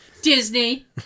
Disney